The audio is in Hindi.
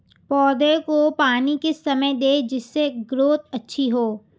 पौधे को पानी किस समय दें जिससे ग्रोथ अच्छी हो?